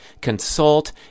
consult